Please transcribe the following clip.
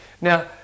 Now